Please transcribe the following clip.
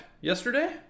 yesterday